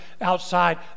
outside